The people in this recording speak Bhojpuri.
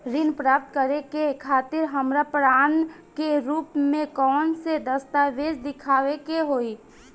ऋण प्राप्त करे के खातिर हमरा प्रमाण के रूप में कउन से दस्तावेज़ दिखावे के होइ?